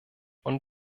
und